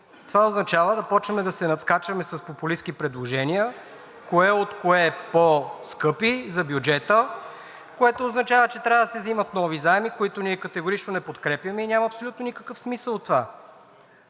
Това означава да започнем да се надскачаме с популистки предложения, кое от кое по-скъпи за бюджета, което означава, че трябва да се взимат нови заеми, които ние категорично не подкрепяме и няма абсолютно никакъв смисъл от това.